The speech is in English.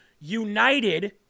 united